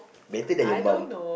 better than your mum